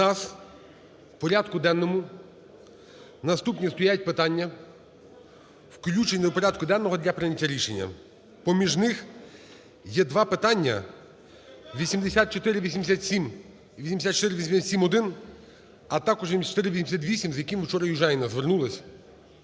в нас в порядку денному наступні стоять питання включення до порядку денного для прийняття рішення. Поміж них є два питання 8487 і 8487-1, а також 8488, з яким вчора Южаніна звернулась.